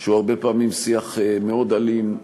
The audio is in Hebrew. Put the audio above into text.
שהוא הרבה פעמים שיח מאוד אלים,